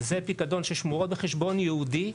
וזה פקדון ששמורות בחשבון ייעודי,